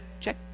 Check